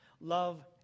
Love